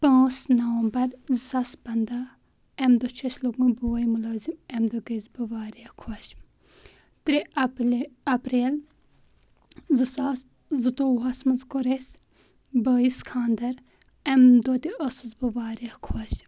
پٲنٛژھ نَومبر زٕ ساس پَنٛداہ اَمہِ دۄہ چھُ اَسہِ لوٚگمُت بوے مُلٲزِم اَمہِ دۄہ گٔیَس بہٕ واریاہ خۄش ترٛےٚ اپریل زٕ ساس زٕتووُہَس منٛز کوٚر اَسہِ بٲیِس خاندَر اَمہِ دۄہ تہِ ٲسٕس بہٕ واریاہ خۄش